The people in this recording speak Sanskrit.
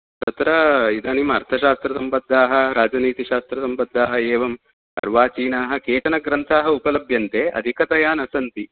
तत्र इदानीम् अर्थशास्त्रसम्बद्धाः राजनीतिशास्त्रसम्बद्धाः एवम् अर्वाचीनाः केचनग्रन्थाः उपलभ्यन्ते अधिकतया न सन्ति